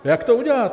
Jak to uděláte?